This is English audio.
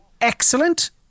excellent